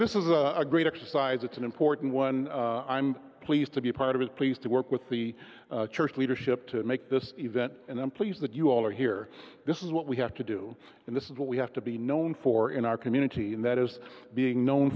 this is a great exercise it's an important one i'm pleased to be a part of it pleased to work with the church leadership to make this event and i'm pleased that you all are here this is what we have to do and this is what we have to be known for in our community and that is being known